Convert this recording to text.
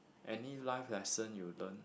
any life lesson you learn